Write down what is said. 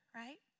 right